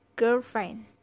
Girlfriend